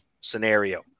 scenario